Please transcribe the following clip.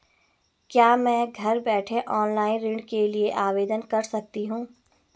क्या मैं घर बैठे ऑनलाइन ऋण के लिए आवेदन कर सकती हूँ?